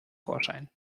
vorschein